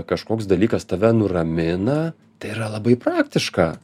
kažkoks dalykas tave nuramina tai yra labai praktiška